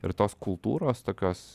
ir tos kultūros tokios